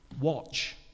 watch